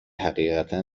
حقیقتا